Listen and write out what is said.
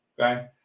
okay